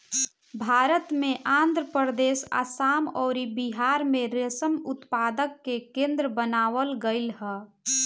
भारत में आंध्रप्रदेश, आसाम अउरी बिहार में रेशम उत्पादन के केंद्र बनावल गईल ह